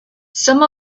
some